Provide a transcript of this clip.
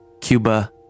Cuba